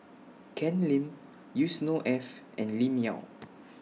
Ken Lim Yusnor Ef and Lim Yau